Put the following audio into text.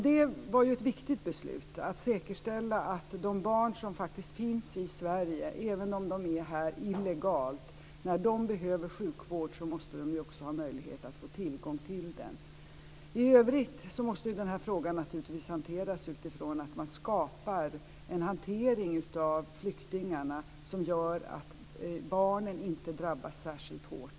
Det var ett viktigt beslut att säkerställa att de barn som finns i Sverige, även om de är här illegalt, måste få möjlighet att ha tillgång till sjukvård när de behöver det. I övrigt måste hanteringen av flyktingarna naturligtvis vara sådan att barnen inte drabbas särskilt hårt.